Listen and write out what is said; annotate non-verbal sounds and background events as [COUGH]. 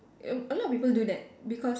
[NOISE] a lot of people do that because